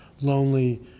lonely